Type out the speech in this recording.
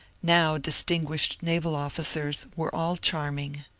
now distinguished naval officers, were all charming.